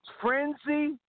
Frenzy